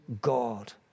God